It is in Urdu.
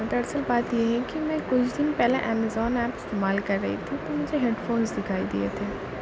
دراصل بات یہ ہے کہ میں کچھ دن پہلے امیزون ایپ استعمال کر رہی تھی تو مجھے ہیڈ فونس دکھائی دیے تھے